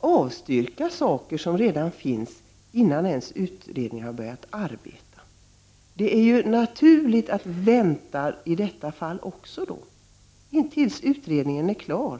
avstyrka saker som redan finns, innan utredningen ens har börjat arbeta! Då är det väl naturligt att vänta i detta fall också, intill dess utredningen är klar?